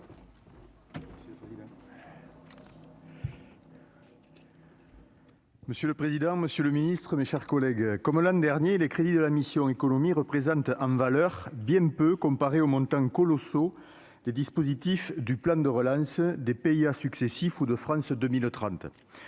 Monsieur le président, Monsieur le Ministre, mes chers collègues, comme l'an dernier, les crédits de la mission Économie représente en valeur, bien peu comparé aux montants colossaux des dispositifs du plan de relance des pays à successifs ou de France 2030,